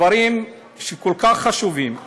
דברים כל כך חשובים.